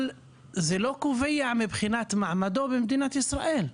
אבל זה לא קובע מבחינת מעמדו במדינת ישראל.